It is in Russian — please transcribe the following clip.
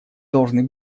должны